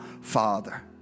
father